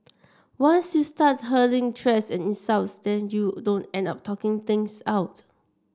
once you start hurling threats and insults then you don't end up talking things out